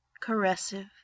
caressive